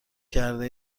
کرده